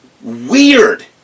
weird